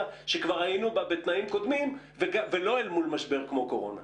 שכבר היינו בה בתנאים קודמים ולא מול משבר קורונה.